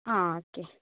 ആ ഒക്കെ